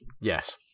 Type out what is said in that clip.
yes